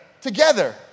together